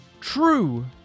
true